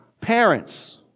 Parents